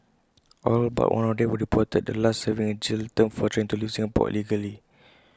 all but one of them were deported the last serving A jail term for trying to leave Singapore illegally